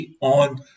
on